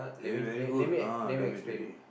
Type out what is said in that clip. eh very good ah dormitory